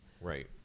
Right